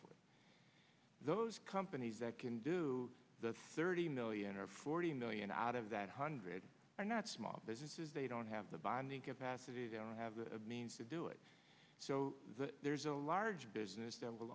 forth those companies that can do the thirty million or forty million out of that hundred are not small businesses they don't have the bonding capacity they don't have the means to do it so there's a large business the